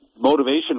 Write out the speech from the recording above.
Motivation